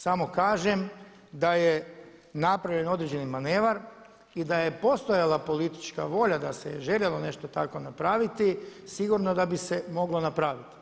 Samo kažem da je napravljen određeni manevar i da je postojala politička volja da se je željelo nešto tako napraviti sigurno da bi se moglo napraviti.